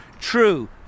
true